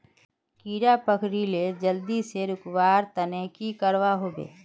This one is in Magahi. कीड़ा पकरिले जल्दी से रुकवा र तने की करवा होबे?